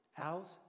out